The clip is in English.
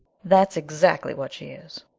that's exactly what she is,